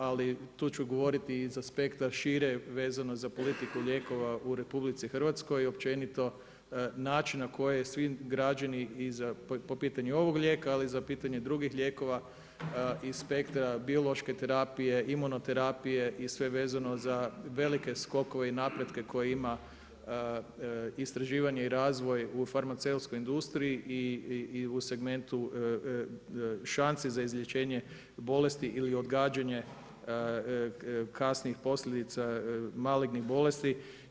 Ali tu ću govoriti iz aspekta šire vezano za politiku lijekova u RH i općenito načina na koji svi građani i po pitanju ovoga lijeka, ali i za pitanje drugih lijekova iz spektra biološke terapije, imunoterapije i sve vezano za velike skokove i napretke koje ima istraživanje i razvoj u farmaceutskoj industriji i u segmentu šanse za izlječenje bolesti ili odgađanje kasnih posljedica malignih bolesti.